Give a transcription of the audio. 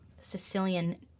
Sicilian